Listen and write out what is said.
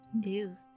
Ew